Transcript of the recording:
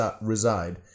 reside